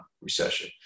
recession